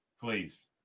please